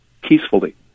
peacefully